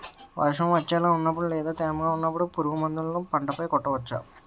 వర్షం వచ్చేలా వున్నపుడు లేదా తేమగా వున్నపుడు పురుగు మందులను పంట పై కొట్టవచ్చ?